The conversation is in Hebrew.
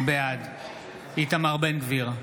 בעד איתמר בן גביר,